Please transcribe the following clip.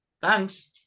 Thanks